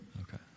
Okay